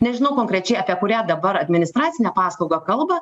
nežinau konkrečiai apie kurią dabar administracinę paslaugą kalba